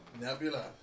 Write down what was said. Nebula